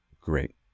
great